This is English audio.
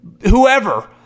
whoever